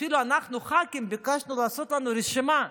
אפילו אנחנו, חברי הכנסת, ביקשנו שיעשו לנו רשימה,